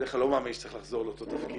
בדרך כלל אני לא מאמין שצריך לחזור לאותו תפקיד,